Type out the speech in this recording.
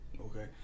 Okay